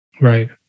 Right